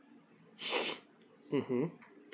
mmhmm